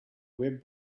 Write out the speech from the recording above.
web